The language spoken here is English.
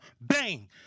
bang